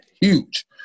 huge